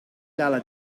lala